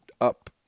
up